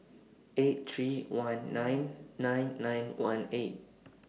eight three one nine nine nine one eight